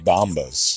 Bombas